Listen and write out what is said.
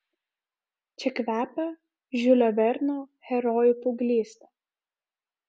čia kvepia žiulio verno herojų paauglyste